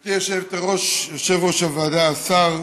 גברתי היושבת-ראש, יושב-ראש הוועדה, השר,